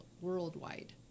worldwide